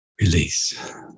Release